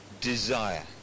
desire